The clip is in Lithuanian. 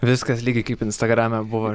viskas lygiai kaip instagrame buvo